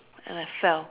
and I fell